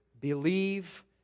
believe